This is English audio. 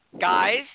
Guys